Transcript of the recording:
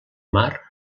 mar